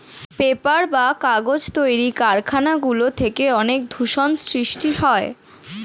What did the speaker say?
paper বা কাগজ তৈরির কারখানা গুলি থেকে অনেক দূষণ সৃষ্টি হয়